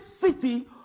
city